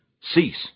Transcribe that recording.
cease